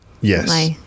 Yes